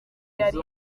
yari